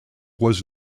was